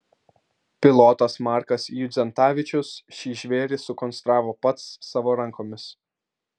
pilotas markas judzentavičius šį žvėrį sukonstravo pats savo rankomis